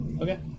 Okay